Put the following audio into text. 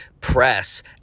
press